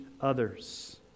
others